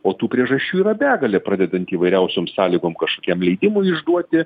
o tų priežasčių yra begalė pradedant įvairiausiom sąlygom kažkokiam leidimui išduoti